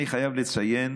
אני חייב לציין,